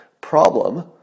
problem